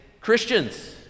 Christians